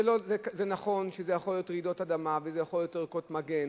זה נכון שזה יכול להיות רעידות אדמה וזה יכול להיות ערכות מגן